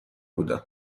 بودم